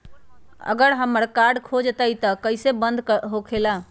अगर हमर कार्ड खो जाई त इ कईसे बंद होकेला?